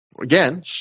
Again